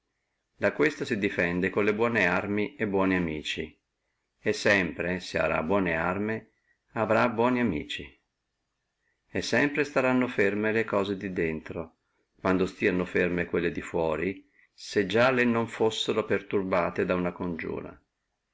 da questa si difende con le buone arme e con li buoni amici e sempre se arà buone arme arà buoni amici e sempre staranno ferme le cose di dentro quando stieno ferme quelle di fuora se già le non fussino perturbate da una congiura